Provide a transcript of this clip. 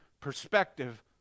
perspective